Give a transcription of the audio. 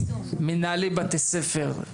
מנהלי בתי ספר,